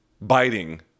biting